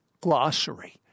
glossary